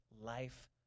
life